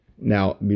Now